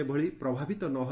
ଯେଭଳି ପ୍ରଭାବିତ ନ ହେବ